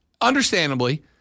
understandably